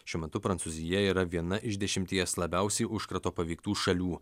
šiuo metu prancūzija yra viena iš dešimties labiausiai užkrato paveiktų šalių